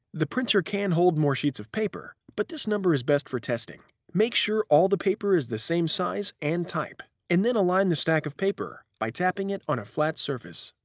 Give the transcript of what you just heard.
the printer can hold more sheets of paper, but this number is best for testing. make sure all the paper is the same size and type, and then align the stack of paper by tapping it on a flat surface.